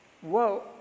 whoa